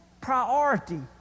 priority